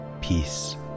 peace